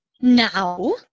Now